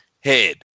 head